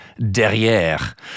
derrière